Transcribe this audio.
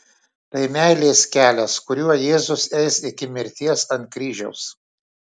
tai meilės kelias kuriuo jėzus eis iki mirties ant kryžiaus